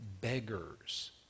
beggars